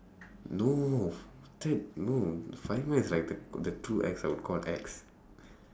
no that no is like the the true ex I would call ex